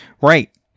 right